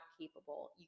capable